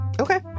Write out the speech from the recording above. Okay